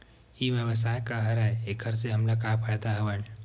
ई व्यवसाय का हरय एखर से हमला का फ़ायदा हवय?